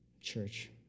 church